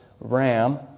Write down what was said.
ram